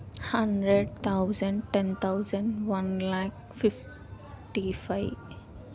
hundred thousand ten thousand one lakh fifty five